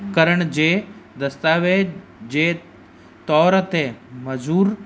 करण जे दस्तावेज़ जे तोर ते मज़ूरु